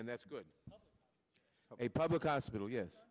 and that's good a public ospital yes